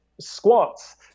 squats